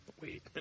Wait